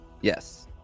Yes